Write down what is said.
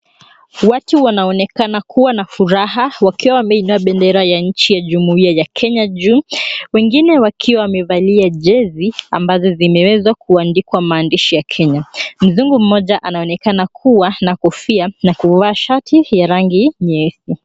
Watu wanaonekana kuwa na furaha wakiwa wamebeba bendera ya nchi ya jumuia ya Kenya juu, wengine wakiwa wamevalia jezi ambazo zimeweza kuandikwa maandishi ya Kenya. Mzungu mmoja anaonekana kuwa na kofia na kuvaa shati ya rangi nyeusi.